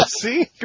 See